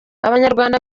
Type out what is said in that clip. abanyarwanda